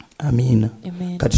Amen